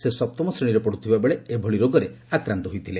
ସେ ସପ୍ତମ ଶ୍ରେଶୀରେ ପଢୁଥିବାବେଳେ ଏଭଳି ରୋଗରେ ଆକ୍ରାନ୍ତ ହୋଇଥିଲେ